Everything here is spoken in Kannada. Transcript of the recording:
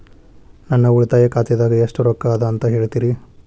ನನ್ನ ಉಳಿತಾಯ ಖಾತಾದಾಗ ಎಷ್ಟ ರೊಕ್ಕ ಅದ ಅಂತ ಹೇಳ್ತೇರಿ?